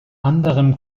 anderem